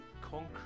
Concrete